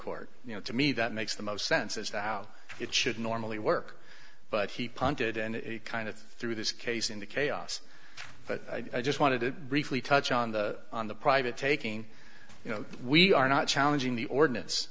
court you know to me that makes the most sense as to how it should normally work but he punted and kind of threw this case in the chaos but i just wanted to briefly touch on the on the private taking you know we are not challenging the ordinance